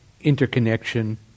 interconnection